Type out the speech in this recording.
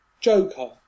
Joker